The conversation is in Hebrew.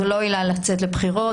זו לא עילה לצאת לבחירות.